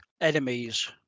enemies